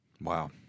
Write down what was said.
Wow